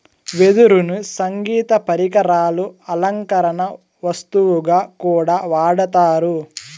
వెదురును సంగీత పరికరాలు, అలంకరణ వస్తువుగా కూడా వాడతారు